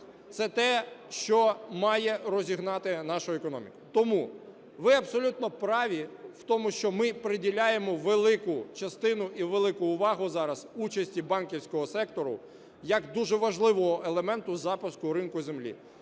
Це те, що має розігнати нашу економіку. Тому ви абсолютно праві в тому, що ми приділяємо велику частину і велику увагу зараз участі банківського сектору як дуже важливого елементу запуску ринку землі.